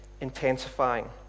intensifying